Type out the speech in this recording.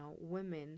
women